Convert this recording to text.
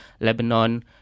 Lebanon